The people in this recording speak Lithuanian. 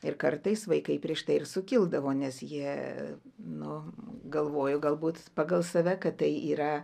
ir kartais vaikai prieš tai ir sukildavo nes jie nu galvojo galbūt pagal save kad tai yra